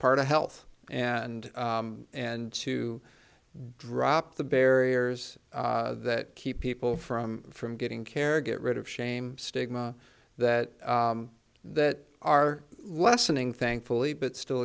part of health and and to drop the barriers that keep people from from getting care get rid of shame stigma that that are lessening thankfully but still